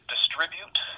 distribute